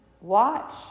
Watch